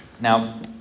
Now